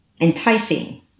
enticing